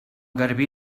garbí